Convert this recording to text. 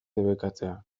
debekatzea